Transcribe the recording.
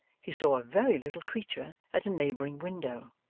he saw a very little creature at a neighbouring window.